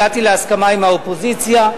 הגעתי להסכמה עם האופוזיציה.